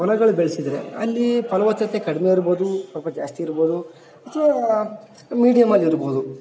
ಹೊಲಗಳು ಬೆಳೆಸಿದ್ರೆ ಅಲ್ಲಿ ಫಲ್ವತ್ತತೆ ಕಡಿಮೆ ಇರ್ಬೋದು ಸ್ವಲ್ಪ ಜಾಸ್ತಿ ಇರ್ಬೋದು ಅಥ್ವಾ ಮೀಡಿಯಮ್ಮಲ್ಲಿ ಇರ್ಬೋದು